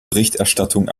berichterstattung